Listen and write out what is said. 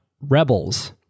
rebels